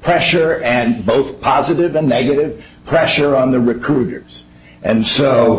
pressure and both positive and negative pressure on the recruiters and